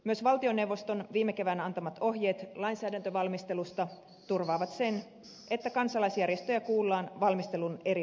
myös valtioneuvoston viime keväänä antamat ohjeet lainsäädäntövalmistelusta turvaavat sen että kansalaisjärjestöjä kuullaan valmistelun eri vaiheissa